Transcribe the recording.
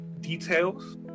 details